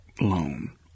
loan